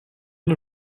the